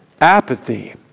apathy